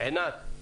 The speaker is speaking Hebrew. עינת,